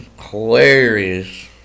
hilarious